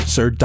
Sir